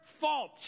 fault